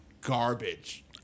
garbage